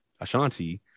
Ashanti